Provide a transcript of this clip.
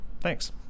Thanks